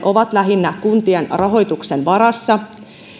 ovat lähinnä kuntien rahoituksen varassa